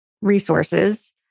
resources